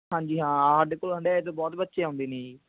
ਹਾਂਜੀ ਹਾਂ ਸਾਡੇ ਕੋਲ ਹੰਢਾਇਆ ਤੋਂ ਬਹੁਤ ਬੱਚੇ ਆਉਂਦੇ ਨੇ ਜੀ